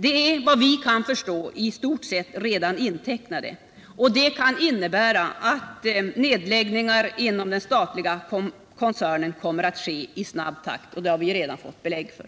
De är vad vi kan förstå i stort sett redan intecknade, och det kan innebära att nedläggningar inom den statliga koncernen kommer att ske i snabb takt. Det har vi redan fått belägg för.